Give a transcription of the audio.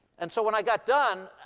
and so, when i got done,